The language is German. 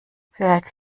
vielleicht